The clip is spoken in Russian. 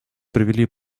провели